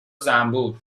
زنبور